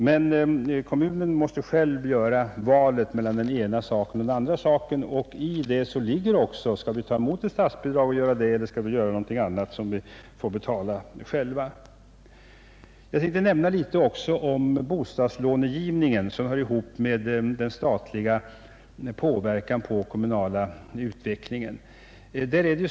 Men kommunen måste själv träffa valet mellan det ena och det andra, och då uppkommer frågan: Skall vi ta emot ett statsbidrag och göra det som åläggs oss eller skall vi göra någonting annat som vi måste betala själva? Jag vill också nämna litet om bostadslånegivningen som hör ihop med statens inverkan på den kommunala utvecklingen.